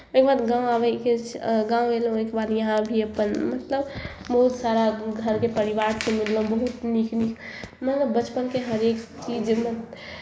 ताहिके बाद गाँव अबै गाँव अयलहुँ ओहिके बाद यहाँ भी अपन मतलब बहुत सारा अपन घरके परिवारके मिललहुँ बहुत नीक नीक मतलब बचपनके हरेक चीजमे